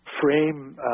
frame